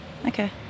Okay